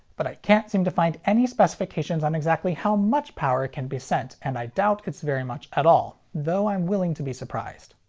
but i can't seem to find any specifications on exactly how much power can be sent. and i doubt it's very much at all, though i'm willing to be surprised.